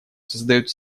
создает